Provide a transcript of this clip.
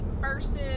versus